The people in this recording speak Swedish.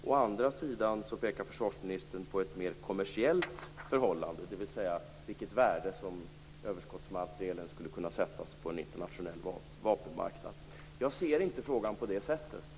Å andra sidan pekar försvarsministern på ett mer kommersiellt förhållande, dvs. vilket värde överskottsmaterielen skulle kunna åsättas på en internationell vapenmarknad. Jag ser inte frågan på det sättet.